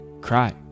cry